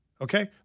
Okay